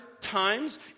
times